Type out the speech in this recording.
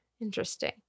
Interesting